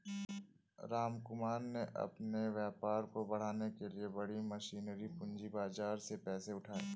रामकुमार ने अपने व्यापार को बढ़ाने के लिए बड़ी मशीनरी पूंजी बाजार से पैसे उठाए